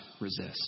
resist